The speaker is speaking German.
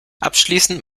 abschließend